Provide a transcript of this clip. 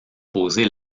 poser